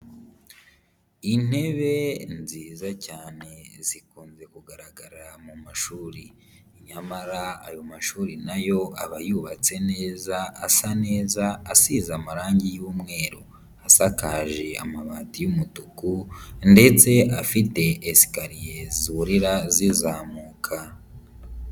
Intebe nziza cyane zikunze kugaragara mu mashuri, nyamara ayo mashuri nayo aba yubatse neza, asa neza, asize amarangi y'umweru. Asakaje amabati y'umutuku ndetse afite esikariye zurira zizamuka.